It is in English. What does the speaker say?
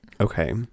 okay